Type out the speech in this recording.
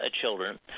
children